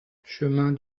chemin